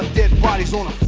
dead bodies on